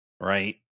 right